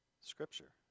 scripture